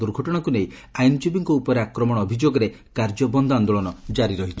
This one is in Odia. ଦୁର୍ଘଟଶାକୁ ନେଇ ଆଇନଜୀବୀଙ୍କ ଉପରେ ଆକ୍ରମଣ ଅଭିଯୋଗରେ କାର୍ଯ୍ୟବନ୍ଦ ଆନ୍ଦୋଳନ ଜାରି ରହିଛି